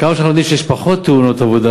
כמה שאנחנו יודעים שיש פחות תאונות עבודה,